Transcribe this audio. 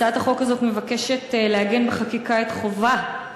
הצעת החוק הזאת מבקשת לעגן בחקיקה את חובת